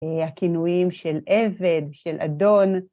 הכינויים של עבד, של אדון.